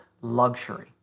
luxury